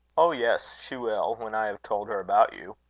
oh! yes, she will, when i have told her about you.